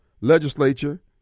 legislature